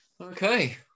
okay